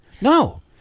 no